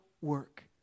work